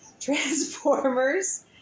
Transformers